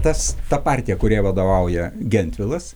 tas ta partiją kuriai vadovauja gentvilas